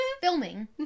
filming